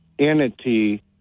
entity